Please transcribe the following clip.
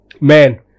man